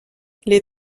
les